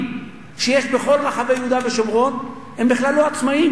בכל רחבי יהודה ושומרון הם בכלל לא עצמאים.